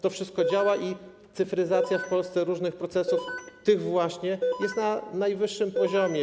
To wszystko działa i cyfryzacja w Polsce różnych procesów, tych właśnie, jest na najwyższym poziomie.